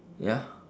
ya